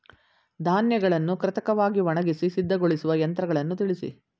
ಧಾನ್ಯಗಳನ್ನು ಕೃತಕವಾಗಿ ಒಣಗಿಸಿ ಸಿದ್ದಗೊಳಿಸುವ ಯಂತ್ರಗಳನ್ನು ತಿಳಿಸಿ?